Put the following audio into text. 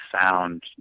sound